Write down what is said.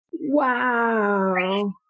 Wow